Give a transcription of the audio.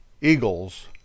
eagles